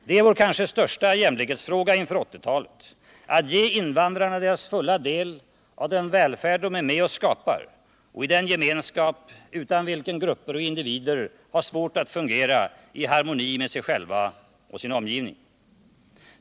Det är vår kanske största jämlikhetsfråga inför 1980-talet att ge invandrarna deras fulla del av den välfärd de är med och skapar och i den gemenskap utan vilken grupper och individer har svårt att fungera i harmoni med sig själva och sin omgivning.